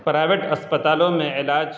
private اسپتالوں میں علاج